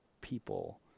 people